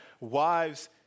wives